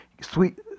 Sweet